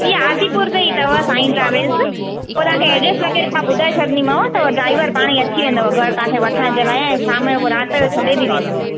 जी आदिपुर में ई अथव सांई ट्रेविल्स पोइ तव्हांखे एड्रेस वेड्रेस मां ॿुधाए छॾिंदीमाव त ड्राइवर पाण ई अची वेंदव घर तव्हांखे वठण जे लाइ ऐं शाम जो पोइ राति जो छॾे बि वेंदव